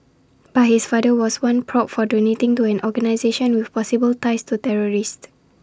but his father was once probed for donating to an organisation with possible ties to terrorists